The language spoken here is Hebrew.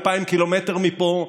2,000 קילומטר מפה,